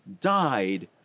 died